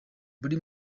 buri